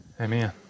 amen